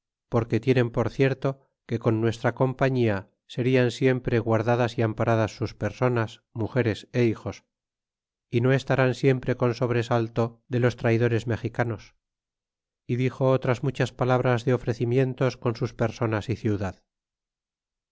porque tienen por cierto que con nuestra compañia serian siempre guardadas y amparadas sus personas mugeres é hijos y no estarán siempre con sobresalto de los traidores mexicanos y dixo otras muchas palabras de ofrecimientos con sus personas y ciudad